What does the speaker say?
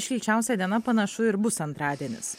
šilčiausia diena panašu ir bus antradienis